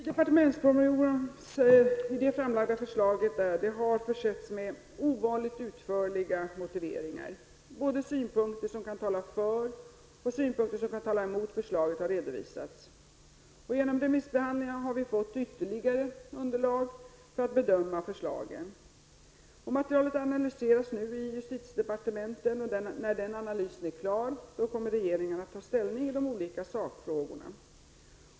Herr talman! Det framlagda förslaget i departementspromemorian har försetts med ovanligt utförliga motiveringar. Både synpunkter som kan tala för och som kan tala emot förslaget har redovisats. Genom remissbehandlingen har vi fått ytterligare underlag för att bedöma förslagen. Materialet analyseras nu inom justitiedepartementet, och när den analysen är klar kommer regeringen att ta ställning i de olika sakfrågorna.